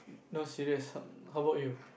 no serious how bout you